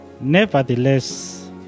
Nevertheless